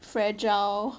fragile